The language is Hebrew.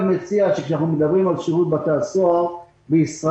כשאנחנו מדברים על שירות בתי הסוהר בישראל,